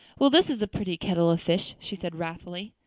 well, this is a pretty kettle of fish, she said wrathfully.